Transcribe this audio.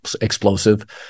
explosive